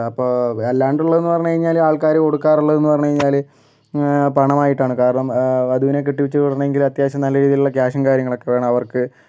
അപ്പോൾ അല്ലാണ്ടുള്ളതെന്ന് പറഞ്ഞു കഴിഞ്ഞാല് ആൾക്കാര് കൊടുക്കാറുള്ളതെന്നു പറഞ്ഞു കഴിഞ്ഞാല് പണമായിട്ടാണ് കാരണം വധുവിനെ കെട്ടിച്ചു വിടണെങ്കില് അത്യാവശ്യം നല്ല രീതിയിലുള്ള കാശും കാര്യങ്ങളൊക്കെ വേണം അവർക്ക്